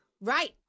right